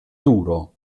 duro